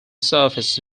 surface